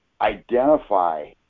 identify